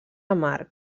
amarg